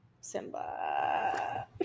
Simba